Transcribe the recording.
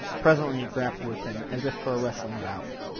presently he grappled with him as if for a wrestling bout.